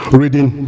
reading